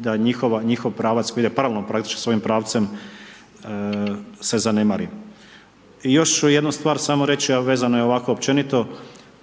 da njihov pravac koji ide paralelno praktički svojim pravcem se zanemari. Još ću jednu stvar samo reći a vezano je ovako općenito,